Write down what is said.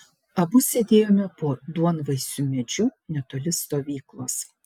abu sėdėjome po duonvaisiu medžiu netoli stovyklos